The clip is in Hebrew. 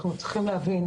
צריך להבין,